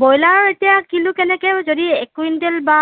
ব্ৰইলাৰৰ এতিয়া কিলো কেনেকৈ যদি এক কুইণ্টল বা